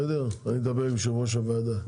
אני אדבר עם יושב-ראש הוועדה.